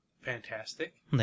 fantastic